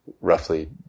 roughly